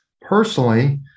personally